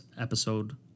episode